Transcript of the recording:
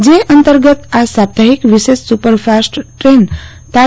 જે અંતર્ગત આ સાપ્તાહિક વિશેષ સુપર ફાસ્ટ દ્રેન તા